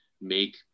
make